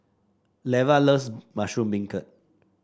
Leva loves Mushroom Beancurd